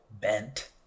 bent